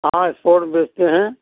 हाँ स्पोर्ट बेचते हैं